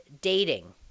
dating